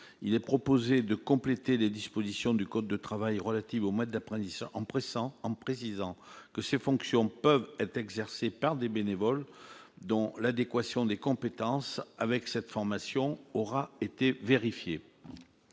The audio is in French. ainsi proposé de compléter les dispositions du code du travail relatives au mode d'apprentissage, en précisant que ces fonctions peuvent être exercées par des bénévoles dont l'adéquation des compétences avec la formation aura été vérifiée.